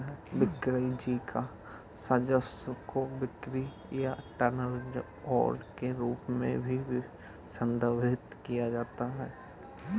वाणिज्यिक राजस्व को बिक्री या टर्नओवर के रूप में भी संदर्भित किया जा सकता है